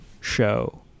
show